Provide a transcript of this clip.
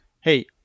hey